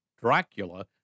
Dracula